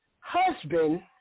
husband